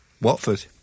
Watford